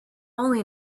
only